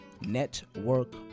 Network